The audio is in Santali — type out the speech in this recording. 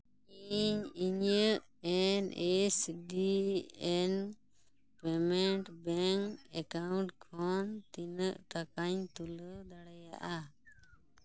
ᱤᱧ ᱤᱧᱟᱹᱜ N S G N payment bank account ᱠᱷᱚᱱ ᱛᱤᱱᱟᱹᱜ ᱴᱟᱠᱟᱧ ᱛᱩᱞᱟᱹᱣ ᱫᱟᱲᱮᱭᱟᱜᱼᱟ